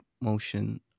motion